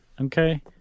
Okay